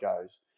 goes